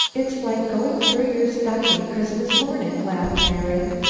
it's like going through your stocking christmas morning! laughed marian,